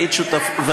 והיית שותפה,